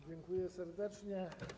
Dziękuję serdecznie.